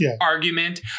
argument